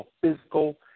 physical